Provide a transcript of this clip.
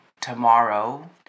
tomorrow